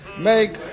Make